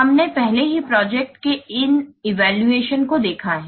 हमने पहले ही प्रोजेक्ट के इस इवैल्यूएशन को देखा है